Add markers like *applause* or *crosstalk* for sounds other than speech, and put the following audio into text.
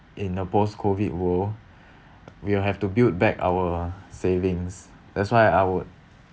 in a post COVID world *breath* we'll have to build back our savings that's why I would